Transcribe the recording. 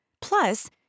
Plus